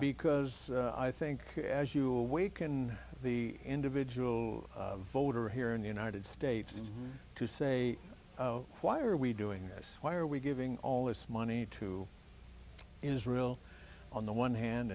because i think as you awaken the individual voter here in the united states to say why are we doing this why are we giving all this money to israel on the one hand